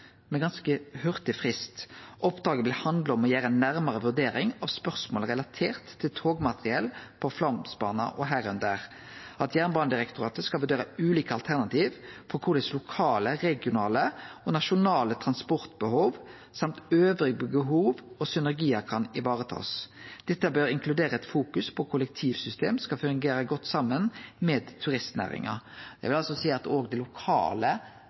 ganske kort frist. Oppdraget vil handle om å gjere ei nærmare vurdering av spørsmål relatert til togmateriell på Flåmsbana, medrekna at Jernbanedirektoratet skal vurdere ulike alternativ for korleis lokale, regionale og nasjonale transportbehov, samt andre behov og synergiar, kan varetakast. Dette bør inkludere eit fokus på at kollektivsystemet skal fungere godt saman med turistnæringa. Det vil seie at òg det lokale